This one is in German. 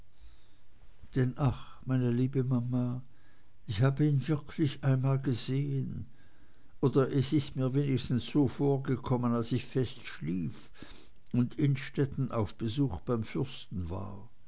denn ach meine liebe mama ich habe ihn einmal wirklich gesehen oder es ist mir wenigstens so vorgekommen als ich fest schlief und innstetten auf besuch beim fürsten war